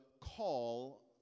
call